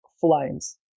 flames